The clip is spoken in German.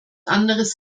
anderes